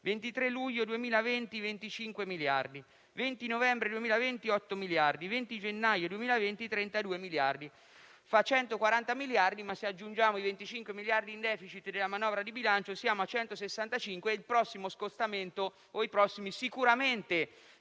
23 luglio 2020, 25 miliardi; 20 novembre 2020, 8 miliardi; 20 gennaio 2020, 32 miliardi. Il totale fa 140 miliardi ma, se aggiungiamo i 25 miliardi di *deficit* della manovra di bilancio, siamo a 165 miliardi. E il prossimo scostamento o i prossimi sicuramente